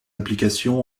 applications